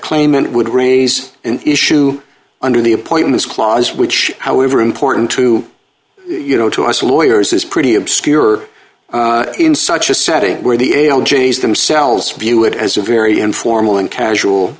claimant would raise an issue under the appointments clause which however important to you know to us lawyers is pretty obscure in such a setting where the ail j s themselves view it as a very informal and casual